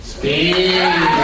Speed